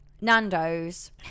nando's